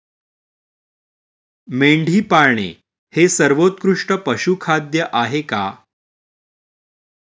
मेंढी पाळणे हे सर्वोत्कृष्ट पशुखाद्य आहे का?